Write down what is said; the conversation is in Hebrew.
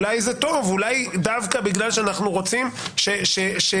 אולי זה טוב דווקא שאנחנו רוצים שעבודות